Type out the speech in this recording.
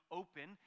open